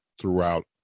throughout